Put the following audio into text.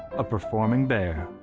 a performing bear'.